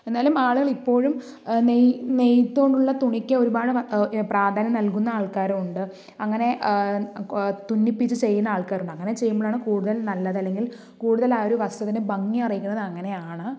എന്നാലും ആളുകൾ ഇപ്പോഴും നെയ് നെയ്ത് കൊണ്ടുള്ള തുണിക്ക് ഒരുപാട് പ്രാധാന്യം നൽകുന്ന ആൾക്കാരും ഉണ്ട് അങ്ങനെ തുന്നിപ്പിച്ച് ചെയ്യുന്ന ആൾക്കാരുമുണ്ട് അങ്ങനെ ചെയ്യുബോഴാണ് കൂടുതൽ നല്ലത് അല്ലെങ്കിൽ കൂടുതൽ ആ ഒരു വസ്ത്രത്തിൻ്റെ ഭംഗി അറിയുന്നത് അങ്ങനെയാണ്